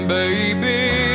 baby